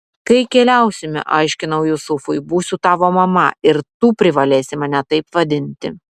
kai keliausime aiškinau jusufui būsiu tavo mama ir tu privalėsi mane taip vadinti